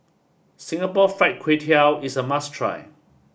Singapore Fried Kway Tiao is a must try